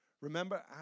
Remember